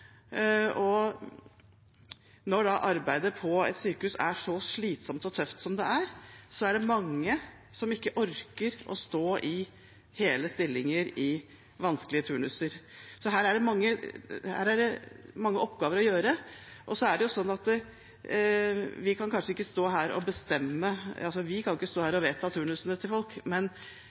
og for de gamle. Det å få livet til å henge sammen i et slitsomt turnusyrke, er krevende. Når da arbeidet på et sykehus er så slitsomt og tøft som det er, er det mange som ikke orker å stå i hele stillinger i vanskelige turnuser. Her er det mange oppgaver å gjøre. Vi kan ikke stå her og vedta turnusene til folk, men